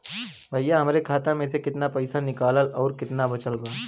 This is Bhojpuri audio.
भईया हमरे खाता मे से कितना पइसा निकालल ह अउर कितना बचल बा?